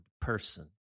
person